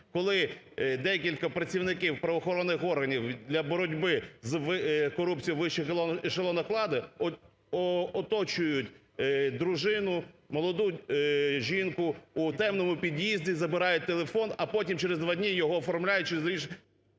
коли декілька працівників правоохоронних органів для боротьби з корупцією у вищих ешелонах влади оточують дружину, молоду жінку у темному під'їзді, забирають телефон, а потім через два дні його оформляють… ГОЛОВУЮЧИЙ.